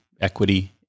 equity